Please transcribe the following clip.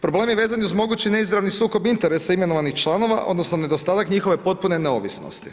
Problemi vezni uz mogući neizravnih sukob interesa imenovanih članova odnosno nedostatak njihove potpune neovisnosti.